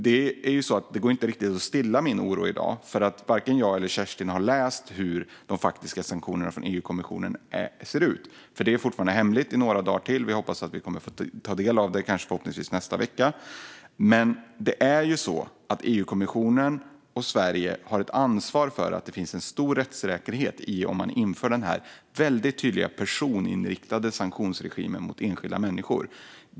Den oron går inte riktigt att stilla i dag, för varken jag eller Kerstin Lundgren har läst hur de faktiska sank-tionerna från EU-kommissionen ser ut. Det är fortfarande hemligt i några dagar till. Förhoppningsvis ska vi få ta del av det i nästa vecka. EU-kommissionen och Sverige har ändå ett ansvar för att det ska finnas en stor rättssäkerhet om man inför den här väldigt tydliga personinriktade sanktionsregimen mot enskilda människor.